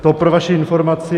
To pro vaši informaci.